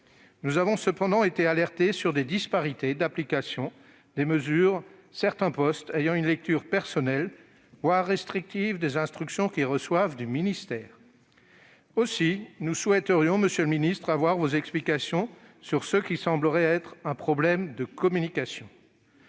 Nous avons cependant été alertés sur des disparités d'application des mesures, certains postes ayant une lecture personnelle, voire restrictive, des instructions qu'ils reçoivent du ministère. Aussi souhaiterions-nous, monsieur le ministre, recevoir vos explications sur ce qui semble être un problème de communication.